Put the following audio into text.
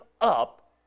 up